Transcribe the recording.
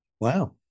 Wow